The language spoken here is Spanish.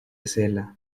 cela